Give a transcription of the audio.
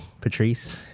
Patrice